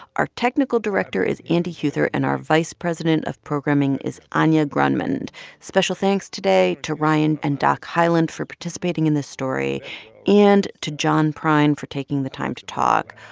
our technical director is andy huether. and our vice president of programming is anya grundmann and special thanks today to ryan and doc hyland for participating in this story and to john prine for taking the time to talk.